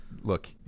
look